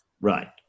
Right